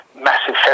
massive